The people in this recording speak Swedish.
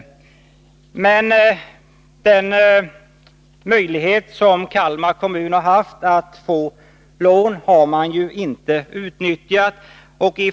Kalmar kommun har ju inte utnyttjat den möjlighet att få lån som man haft.